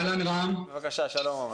שלום רם.